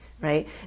right